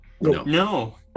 No